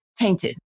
tainted